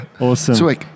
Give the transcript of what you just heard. awesome